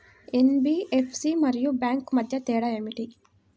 NBFC మరియు bank మధ్య తేడా ఏమిటి?